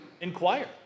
inquire